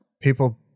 people